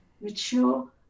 mature